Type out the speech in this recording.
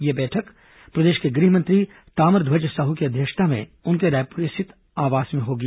यह बैठक गृह मंत्री ताम्रध्वज साह की अध्यक्षता में उनके रायपुर स्थित आवास में होगी